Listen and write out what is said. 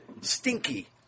stinky